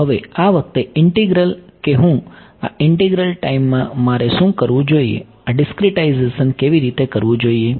તો હવે આ વખતે ઇન્ટિગ્રલ કે હું આ ઇન્ટિગ્રલ ટાઈમ માં મારે શું કરવું જોઈએ આ ડીસ્ક્રિટાઈઝેશન કેવી રીતે કરવું જોઈએ